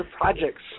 projects